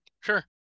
Sure